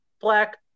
black